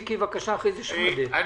אני